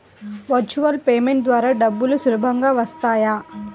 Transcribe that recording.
Virtual payment ద్వారా డబ్బులు సులభంగా వస్తాయా?